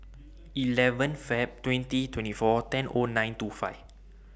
eleven Feb twenty twenty four ten O nine two five